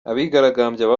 abigaragambyaga